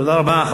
תודה רבה.